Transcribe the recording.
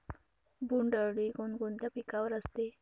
बोंडअळी कोणकोणत्या पिकावर असते?